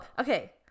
okay